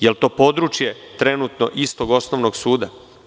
Jel to područje trenutno istog osnovnog suda?